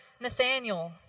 Nathaniel